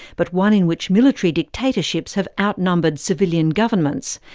but one in which military dictatorships have outnumbered civilian governments,